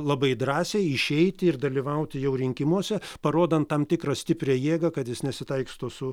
labai drąsiai išeiti ir dalyvauti jau rinkimuose parodant tam tikrą stiprią jėgą kad jis nesitaiksto su